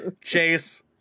chase